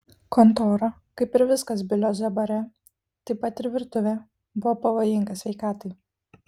kontora kaip ir viskas bilio z bare taip pat ir virtuvė buvo pavojinga sveikatai